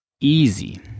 easy